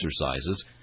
exercises